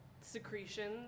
secretion